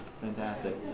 Fantastic